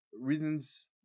Reasons